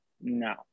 no